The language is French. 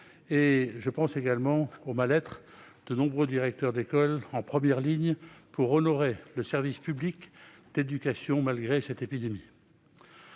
; je pense également au mal-être de nombreux directeurs d'école, situés en première ligne pour honorer le service public d'éducation, malgré l'épidémie